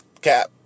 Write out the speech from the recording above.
Cap